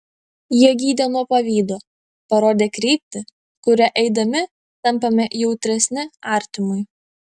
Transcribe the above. jie gydė nuo pavydo parodė kryptį kuria eidami tampame jautresni artimui